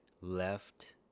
left